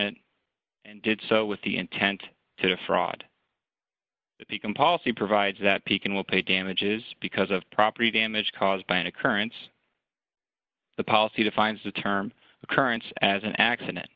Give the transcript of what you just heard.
it and did so with the intent to defraud the can policy provides that pekin will pay damages because of property damage caused by an occurrence the policy defines the term occurrence as an accident